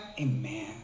Amen